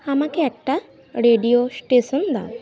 আমাকে একটা radio station দাও